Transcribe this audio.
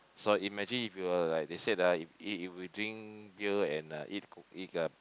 so imagine if you were like they said ah if we drink beer and eat eat uh